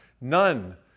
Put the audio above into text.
None